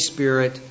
Spirit